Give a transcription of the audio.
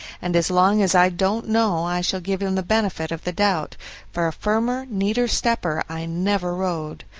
and as long as i don't know i shall give him the benefit of the doubt for a firmer, neater stepper i never rode.